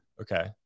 okay